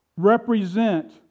represent